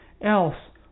else